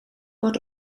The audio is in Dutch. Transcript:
wordt